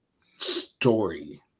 story